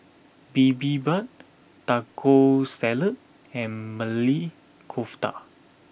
Bibimbap Taco Salad and Maili Kofta